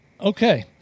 okay